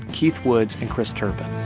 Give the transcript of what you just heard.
keith woods and chris turpin